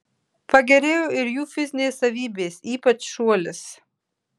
pagerėjo ir jų fizinės savybės ypač šuolis